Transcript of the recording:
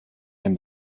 him